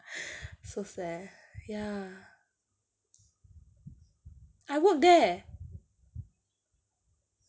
so sad I work there